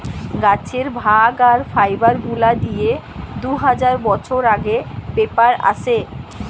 গাছের ভাগ আর ফাইবার গুলা দিয়ে দু হাজার বছর আগে পেপার আসে